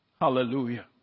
Hallelujah